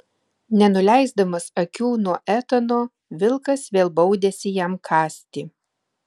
nenuleisdamas akių nuo etano vilkas vėl baudėsi jam kąsti